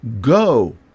Go